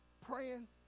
praying